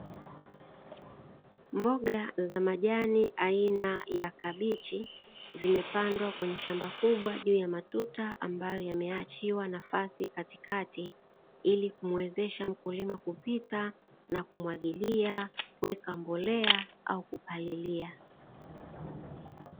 Mboga za majani aina ya kabichi, zimepandwa kwenye shamba kubwa juu ya matuta ambayo yameachiwa nafasi katikati, ili kumuwezesha mkulima kupita na kumwagilia, kuweka mbolea au kupalilia.